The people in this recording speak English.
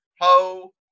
ho